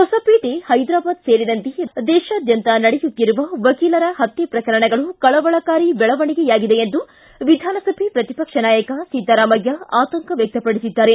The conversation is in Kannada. ಹೊಸಪೇಟೆ ಹೈದರಾಬಾದ್ ಸೇರಿದಂತೆ ದೇಶಾದ್ಯಂತ ನಡೆಯುತ್ತಿರುವ ವಕೀಲರ ಹತ್ತೆ ಪ್ರಕರಣಗಳು ಕಳವಳಕಾರಿ ಬೆಳವಣಿಗೆ ಎಂದು ವಿಧಾನಸಭೆ ಪ್ರತಿಪಕ್ಷ ನಾಯಕ ಸಿದ್ದರಾಮಯ್ಯ ಆತಂಕ ವ್ಯಕ್ತಪಡಿಸಿದ್ದಾರೆ